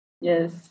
Yes